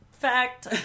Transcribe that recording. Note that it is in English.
fact